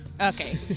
Okay